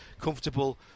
comfortable